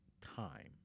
time